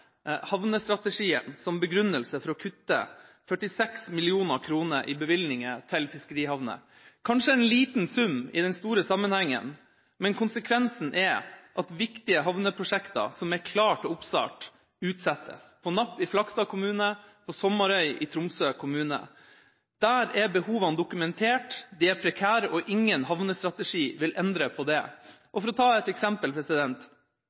havnestrategien som begrunnelse for å kutte 46 mill. kr i bevilgninger til fiskerihavner. Dette er kanskje en liten sum i den store sammenhengen, men konsekvensen er at viktige havneprosjekter som er klare til oppstart, utsettes – på Napp i Flakstad kommune og på Sommarøy i Tromsø kommune. Der er behovene dokumentert, de er prekære, og ingen havnestrategi vil endre på det. For å ta et eksempel: